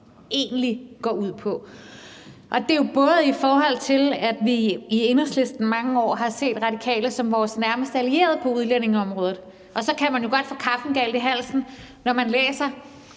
egentlig går ud på. Og det er jo både i forhold til, at vi i Enhedslisten i mange år har set Radikale som vores nærmeste allierede på udlændingeområdet, og at man jo så godt kan få kaffen galt i halsen, når man læser,